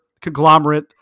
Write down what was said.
conglomerate